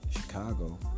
Chicago